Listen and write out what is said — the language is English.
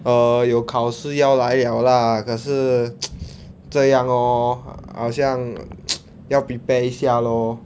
err 有考试要来了啦可是 这样 lor 好像 要 prepare 一下 lor